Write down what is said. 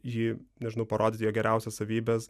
jį nežinau parodyt jo geriausias savybes